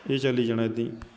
ਇਹ ਚੱਲੀ ਜਾਣਾ ਇੱਦਾਂ ਹੀ